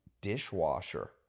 dishwasher